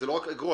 לא רק אגרות,